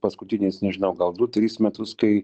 paskutiniais nežinau gal du tris metus kai